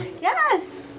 Yes